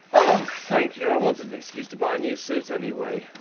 but thank you. i wanted an excuse to buy a new suit anyway,